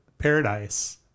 Paradise